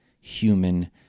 human